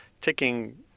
ticking